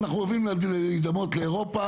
אנחנו אוהבים להידמות לאירופה,